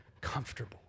comfortable